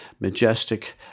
majestic